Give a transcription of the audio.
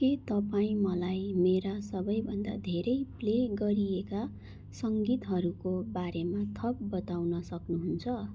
के तपाईँ मलाई मेरा सबैभन्दा धेरै प्ले गरिएका सङ्गीतहरूको बारेमा थप बताउन सक्नुहुन्छ